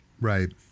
Right